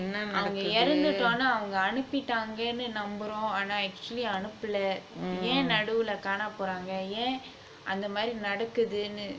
அவங்க இறந்துட்டோன அவங்க அனுப்பீட்டாங்கனு நம்புறோம் ஆனா:avanga iranthuttona avnga anuppeetanganu namburom aana actually அனுப்புல ஏன் நடுவுல கானாப்போரங்க ஏன் அந்தமாரி நடக்குதுனு:anuppula yaen naduvula kaanapporanga yaen anthamari nadakuthunu